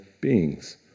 beings